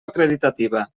acreditativa